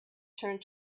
turned